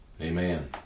Amen